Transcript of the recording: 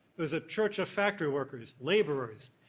it was a church of factory workers, laborers.